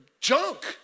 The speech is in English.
junk